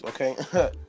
okay